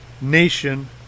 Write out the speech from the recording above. nation